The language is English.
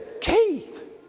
Keith